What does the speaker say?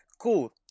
Cool